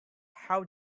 how